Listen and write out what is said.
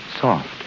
soft